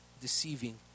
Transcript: deceiving